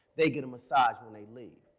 they get a massage when they leave.